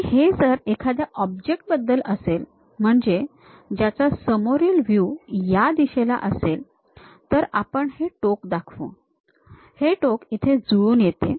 आणि हे जर एखाद्या ऑब्जेक्ट बद्दल असेल म्हणजे ज्याचा समोरील व्ह्यू ह्या दिशेला असेल तर आपण हे टोक दाखवू हे टोक इथे जुळून येते